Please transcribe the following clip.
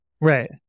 Right